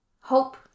hope